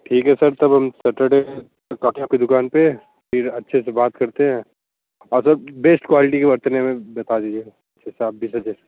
ठीक है सर हम तब सटर्डे को आते हैं आपकी दुकान पर फिर अच्छे से बात करते हैं और सर बेस्ट क्वालिटी के बर्तन हमें बता दीजिएगा हमें हिसाब भी दे दें